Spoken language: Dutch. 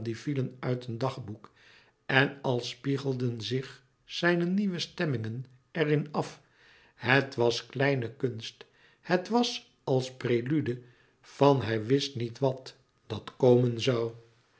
uit een dagboek en al spiegelden zich zijne nieuwe stemmingen er in af het was kleine kunst het was als prelude van hij wist niet wat dat komen zoû